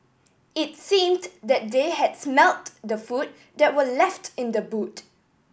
it's seemed that they had smelt the food that were left in the boot